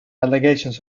allegations